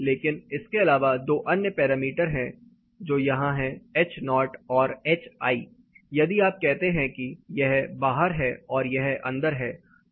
लेकिन इसके अलावा दो अन्य पैरामीटर हैं जो यहाँ हैं Ho और Hi यदि आप कहते हैं कि यह बाहर है और यह अंदर है